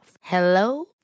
Hello